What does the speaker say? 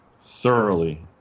thoroughly